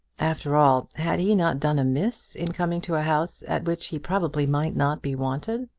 after all, had he not done amiss in coming to a house at which he probably might not be wanted?